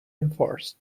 enforced